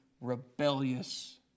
rebellious